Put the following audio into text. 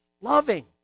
loving